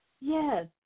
Yes